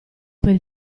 per